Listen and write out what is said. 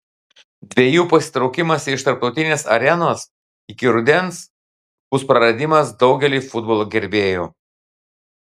dviejų pasitraukimas iš tarptautinės arenos iki rudens bus praradimas daugeliui futbolo gerbėjų